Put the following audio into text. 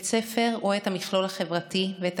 בית הספר רואה את המכלול החברתי ואת